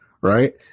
right